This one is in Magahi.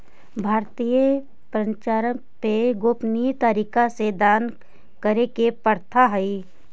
भारतीय परंपरा में गोपनीय तरीका से दान करे के प्रथा हई